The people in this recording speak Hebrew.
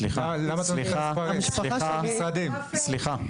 סליחה, סליחה,